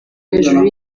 hejuru